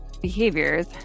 behaviors